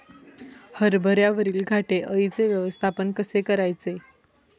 हरभऱ्यावरील घाटे अळीचे व्यवस्थापन कसे करायचे?